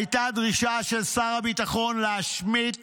הייתה דרישה של שר הביטחון להשמיט